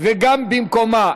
וגם במקומה.